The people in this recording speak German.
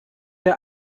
der